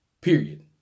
Period